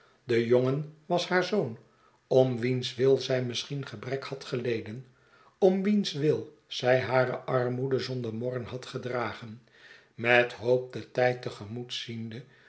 de jongen was haar zoon om wiens wil zij misschien gebrek had geleden om wiens wil zij hare armoede zonder morren had gedragen met hoop den tijd te gemoet ziende